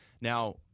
now